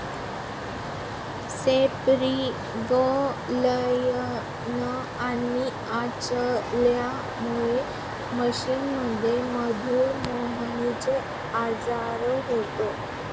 सेपेरोगेलियानिया आणि अचलियामुळे माशांमध्ये मधुमेहचा आजार होतो